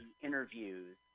interviews